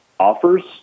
offers